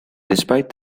despite